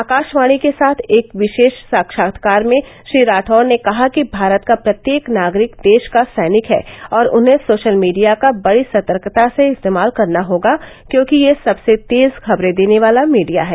आकाशवाणी के साथ एक विशेष साक्षात्कार में श्री राठौड़ ने कहा कि भारत का प्रत्येक नागरिक देश का सैनिक है और उन्हें सोशल मीडिया का बड़ी सतर्कता से इस्तेमाल करना होगा क्योंकि यह सबसे तेज खबरें देने वाला मीडिया है